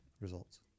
Results